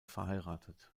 verheiratet